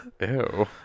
Ew